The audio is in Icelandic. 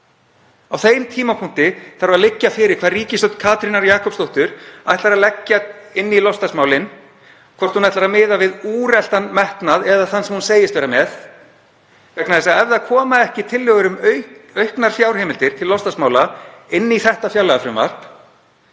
Á þeim tímapunkti þarf að liggja fyrir hvað ríkisstjórn Katrínar Jakobsdóttur ætlar að leggja inn í loftslagsmálin, hvort hún ætlar að miða við úreltan metnað eða þann sem hún segist vera með. Ef það koma ekki tillögur um auknar fjárheimildir til loftslagsmála inn í þetta fjárlagafrumvarp